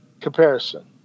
comparison